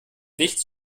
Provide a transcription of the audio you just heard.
nichts